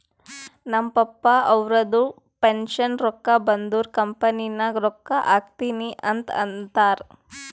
ನಮ್ ಪಪ್ಪಾ ಅವ್ರದು ಪೆನ್ಷನ್ ರೊಕ್ಕಾ ಬಂದುರ್ ಕಂಪನಿ ನಾಗ್ ರೊಕ್ಕಾ ಹಾಕ್ತೀನಿ ಅಂತ್ ಅಂತಾರ್